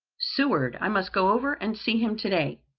seward i must go over and see him today.